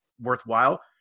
worthwhile